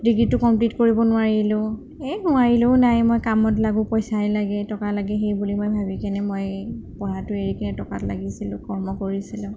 ডিগ্ৰিটো complete কৰিব নোৱাৰিলোঁ এই নোৱাৰিলেও নাই মই কামত লাগো পইচাই লাগে টকা লাগে সেইবুলি মই ভাবিকেনে মই পঢ়াটো এৰিকেনে টকাত লাগিছিলোঁ কৰ্ম কৰিছিলোঁ